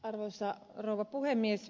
arvoisa rouva puhemies